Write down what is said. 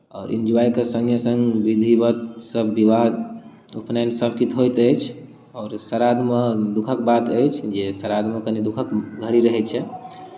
आओर इन्जॉयके सङ्गे सङ्ग विधिवत सभ विवाह उपनयन सभ किछु होइत अछि आओर श्राद्धमे दुःखक बात अछि जे श्राद्धमे कनि दुःखक घड़ी रहैत छै